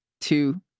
two